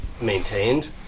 maintained